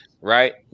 right